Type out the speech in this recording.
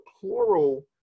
plural